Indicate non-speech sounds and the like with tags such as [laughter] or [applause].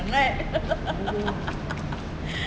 sangat [laughs]